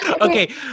okay